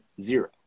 Zero